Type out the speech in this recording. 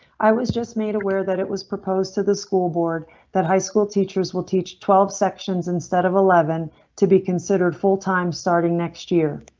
i was just made aware that it was proposed to the school board that high school teachers will teach twelve sections instead of eleven to be considered full time starting next year.